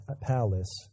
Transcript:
palace